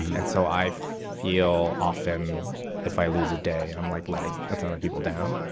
and so i feel often if i lose a day, i'm like letting a ton of people down